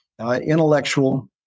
intellectual